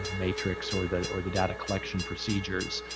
matrix or the or the data collection procedures.